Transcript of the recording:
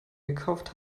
gekauft